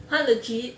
ha legit